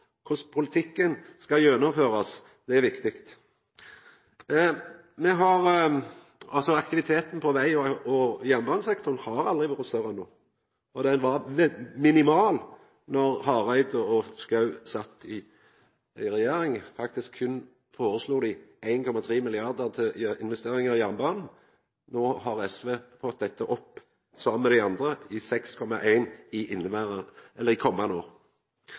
korleis politikken skal gjennomførast. Det er viktig. Aktiviteten på veg- og jernbanesektoren har aldri vore større enn no. Han var minimal då Hareide og Schou sat i regjering. Dei foreslo faktisk berre 1,3 mrd. kr til investeringar i jernbanen. No har SV fått dette opp – saman med dei andre – til 6,1 mrd. kr i komande år.